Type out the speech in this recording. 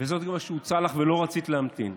זה מה שהוצע לך ולא רצית להמתין.